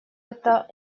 это